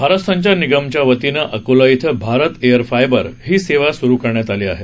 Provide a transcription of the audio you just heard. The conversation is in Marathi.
भारत संचार निगमच्या वतीनं अकोला इथं भारत एअर फायबर ही सेवा सुरु करण्यात आली आहे